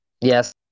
Yes